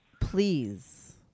please